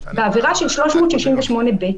בעבירה של 368ב,